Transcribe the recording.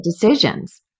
decisions